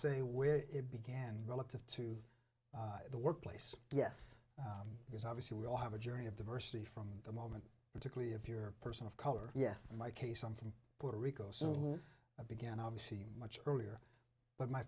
say where it began relative to the workplace yes because obviously we all have a journey of diversity from the moment particularly if you're a person of color yes my case i'm from puerto rico soon began obviously much earlier but my